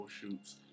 shoots